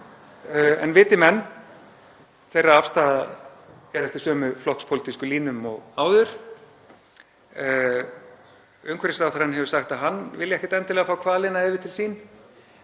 en viti menn, þeirra afstaða er eftir sömu flokkspólitískum línum og áður. Umhverfisráðherrann hefur sagt að hann vilji ekkert endilega fá hvalina yfir til sín